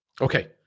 okay